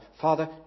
Father